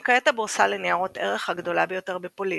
היא כעת הבורסה לניירות ערך הגדולה ביותר בפולין,